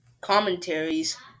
Commentaries